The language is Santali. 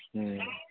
ᱦᱮᱸ